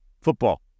football